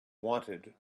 wanted